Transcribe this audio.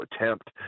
attempt